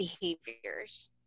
behaviors